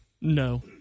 No